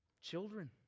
Children